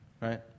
Right